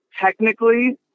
technically